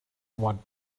what